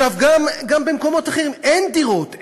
גם במקומות אחרים אין דירות,